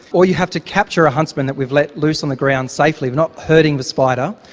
or you have to capture a huntsman that we've let loose on the ground safely, not hurting the spider,